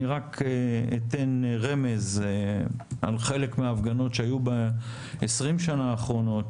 אני רק אתן רמז על חלק מההפגנות שהיו ב-20 השנים האחרונות